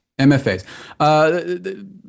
MFAs